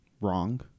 wrong